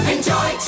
Enjoy